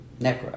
necro